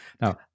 Now